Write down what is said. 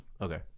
Okay